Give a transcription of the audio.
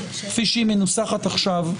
כפי שהיא מנוסחת עכשיו,